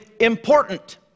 important